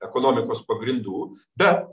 ekonomikos pagrindų bet